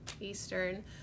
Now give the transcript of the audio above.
Eastern